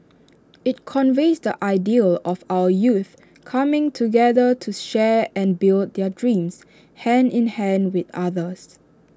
IT conveys the ideal of our youth coming together to share and build their dreams hand in hand with others